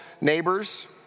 neighbors